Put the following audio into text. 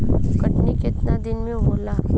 कटनी केतना दिन मे होला?